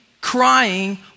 crying